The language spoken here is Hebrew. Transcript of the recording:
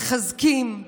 מחזקים,